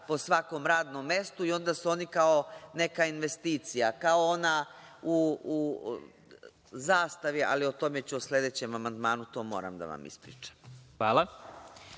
po svakom radnom mestu i onda su oni, kao neka investicija, kao ona u „Zastavi“, ali o tome ću po sledećem amandmanu, to moram da vam ispričam.